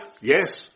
yes